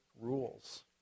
rules